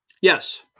Yes